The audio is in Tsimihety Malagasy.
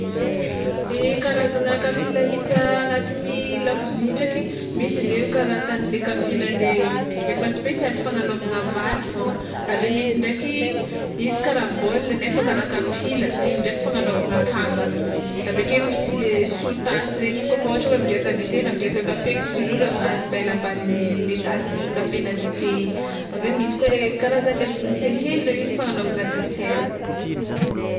Karazagna kapila hita agnatin'ny lakozia ndraiky, misy izy eo kara ataonle kapila le efa spesialy fagnanaovana vary fô, misy ndraiky izy kara bôly nefa kara kapila, igny ndraiky fagnanaovana kabaka, aveke misy le sotasy regny igny kôfa ôhatra hoe migiaka dite na migiaka kafe igny toujours ambela ambaninle tasin'ny kafe na dite igny, aveo misy koa le karazanle helihely igny fagnanaovana desera.